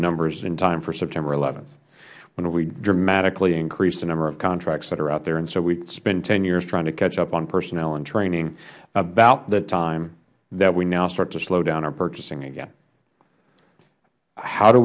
numbers in time for september th when we dramatically increased the number of contracts that are out there so we spent ten years trying to catch up on personnel and training about the time that we now start to slow down our purchasing again how do